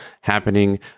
happening